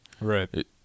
Right